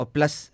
Plus